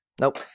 Nope